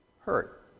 hurt